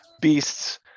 beasts